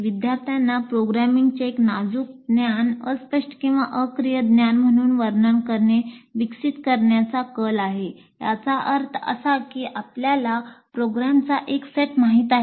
विद्यार्थ्यांना प्रोग्रामिंगचे एक नाजूक ज्ञान अस्पष्ट किंवा अक्रिय ज्ञान म्हणून वर्णन करणे विकसित करण्याचा कल आहे याचा अर्थ असा की आपल्याला प्रोग्रामचा एक सेट माहित आहे